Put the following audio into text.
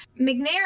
McNair